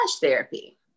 therapy